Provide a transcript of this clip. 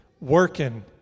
Working